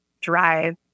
drive